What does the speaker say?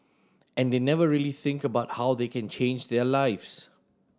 and they never really think about how they can change their lives